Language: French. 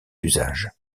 usage